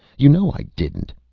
you know i didn't.